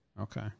Okay